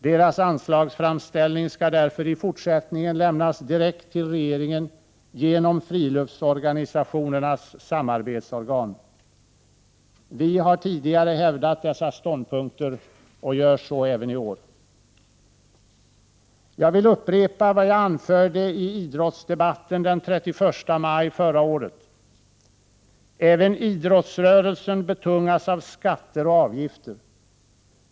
Deras anslagsframställning skall därför i fortsättningen lämnas direkt till regeringen genom Friluftsorganisationernas samarbetsorgan. Vi har tidigare hävdat dessa ståndpunkter och gör så även i år. Jag vill upprepa vad jag anförde i idrottsdebatten den 31 maj förra året: ”Även idrottsrörelsen betungas av skatter och avgifter.